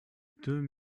deux